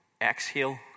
exhale